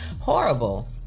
horrible